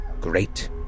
great